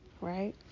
right